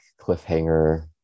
cliffhanger